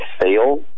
fail